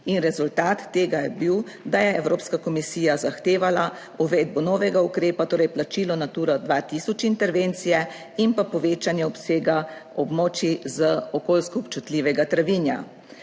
In rezultat tega je bil, da je Evropska komisija zahtevala uvedbo novega ukrepa, torej plačilo Natura 2000 intervencije in pa povečanje obsega območij z okoljsko občutljivega travinja.